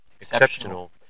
exceptional